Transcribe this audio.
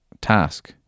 task